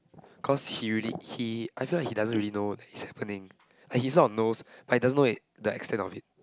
cause he really he I feel like he doesn't really know it's happening like he is not knows but he doesn't know it the extent of it